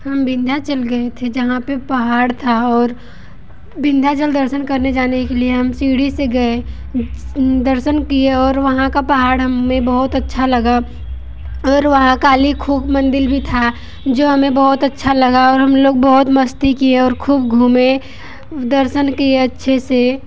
हम बिंध्याचल चल गए थे जहाँ पे पहाड़ था और बिंध्याचल दर्शन करने जाने के लिए हम सीढ़ी से गए दर्शन किए और वहाँ का पहाड़ हमें बहुत अच्छा लगा और वहाँ काली खूब मंदिर भी था जो हमें बहुत अच्छा लगा और हम लोग बहुत मस्ती किए और खूब घूमे दर्शन किए अच्छे से